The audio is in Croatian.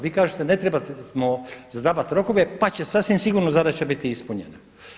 Vi kažete, ne trebamo zadavati rokove, pa će sasvim sigurno zadaća biti ispunjena.